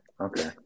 Okay